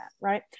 Right